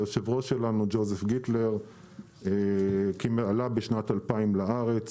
היושב-ראש שלנו ג'וזף גיטלר עלה בשנת 2000 לארץ,